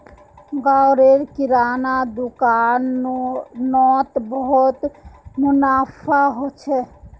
गांव र किराना दुकान नोत बहुत मुनाफा हो छे